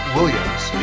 Williams